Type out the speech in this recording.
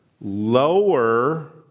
Lower